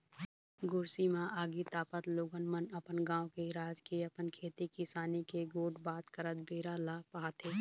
गोरसी म आगी तापत लोगन मन गाँव के, राज के, अपन खेती किसानी के गोठ बात करत बेरा ल पहाथे